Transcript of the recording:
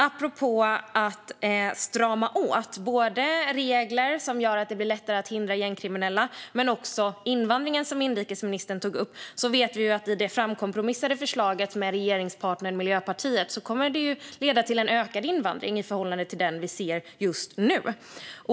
Apropå att strama åt, både regler som gör det lättare att hindra gängkriminella och invandringen, som inrikesministern tog upp, vet vi att det förslag som kompromissats fram med regeringspartnern Miljöpartiet kommer att leda till en ökad invandring i förhållande till den vi ser just nu.